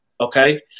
Okay